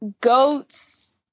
goats